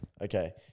Okay